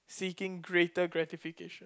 seeking greater gratification